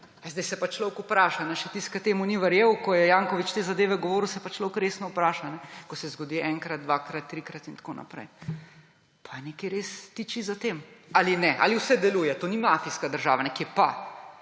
Zdaj se pa človek vpraša, še tisti, ki temu ni verjel, ko je Janković te zadeve govoril, se pa človek resno vpraša, ko se zgodi enkrat, dvakrat, trikrat in tako naprej. Pa nekaj res tiči za tem ali ne? Ali vse deluje? To ni mafijska država, ne kje pa!